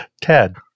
Ted